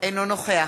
אינו נוכח